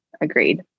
Agreed